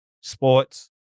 Sports